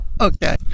okay